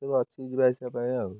ସବୁ ଅଛି ଯିବା ଆସିବା ପାଇଁ ଆଉ